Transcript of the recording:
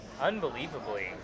unbelievably